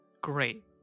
Great